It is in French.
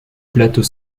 plateau